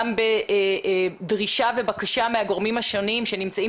גם בדרישה ובקשה מהגורמים השונים שנמצאים